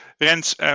Rens